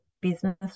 business